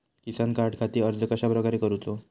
किसान कार्डखाती अर्ज कश्याप्रकारे करूचो?